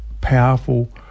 powerful